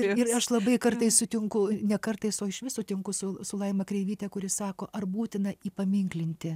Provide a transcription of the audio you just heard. ir aš labai kartais sutinku ne kartais o išvis sutinku su su laima kreivyte kuri sako ar būtina įpaminklinti